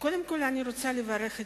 קודם כול אני רוצה לברך את